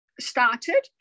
started